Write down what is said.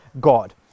god